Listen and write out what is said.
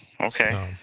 Okay